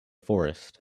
forest